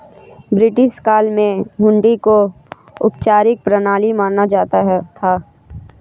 British काल में हुंडी को औपचारिक प्रणाली माना जाता था